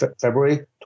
February